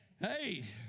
Hey